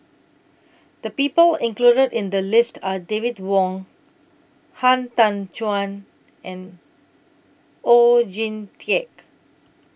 The People included in The list Are David Wong Han Tan Juan and Oon Jin Teik